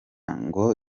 ngo